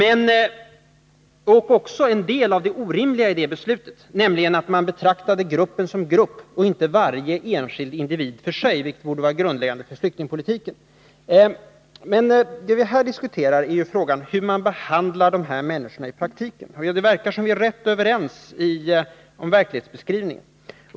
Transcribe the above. En del av det orimliga i beslutet var att man betraktade gruppen som grupp och inte såg på varje enskild individ i sig, vilket borde vara grundläggande för flyktingpolitiken. Vad vi nu diskuterar är frågan hur de här människorna behandlas i praktiken. Det verkar emellertid som om vi vore överens när det gäller verklighetsbeskrivningen.